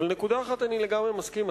אבל בנקודה אחת אני לגמרי מסכים.